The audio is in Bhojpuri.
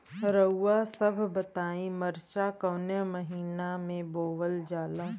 रउआ सभ बताई मरचा कवने महीना में बोवल जाला?